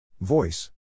Voice